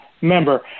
member